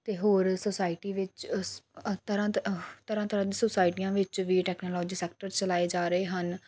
ਅਤੇ ਹੋਰ ਸੋਸਾਇਟੀ ਵਿੱਚ ਅਸ ਅ ਤਰ੍ਹਾਂ ਤਰ੍ਹਾਂ ਦੀ ਸੁਸਾਇਟੀਆਂ ਵਿੱਚ ਵੀ ਟੈਕਨੋਲੋਜੀ ਸੈਕਟਰ ਚਲਾਏ ਜਾ ਰਹੇ ਹਨ